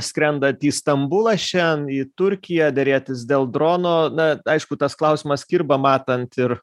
skrendat į stambulą šen į turkiją derėtis dėl drono na aišku tas klausimas kirba matant ir